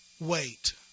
wait